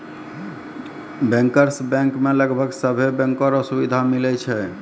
bankers bank मे लगभग सभे बैंको रो सुविधा मिलै छै